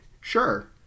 Sure